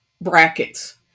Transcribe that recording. brackets